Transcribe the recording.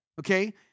Okay